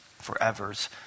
forevers